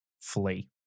flee